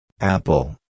apple